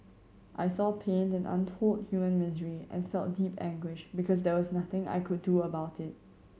I saw pain and untold human misery and felt deep anguish because there was nothing I could do about it